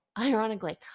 ironically